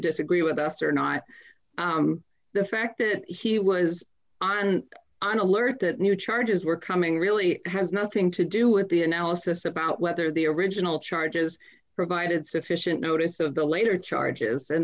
disagree with us or not the fact that he was on an alert that new charges were coming really has nothing to do with the analysis about whether the original charges provided sufficient notice of the later charges and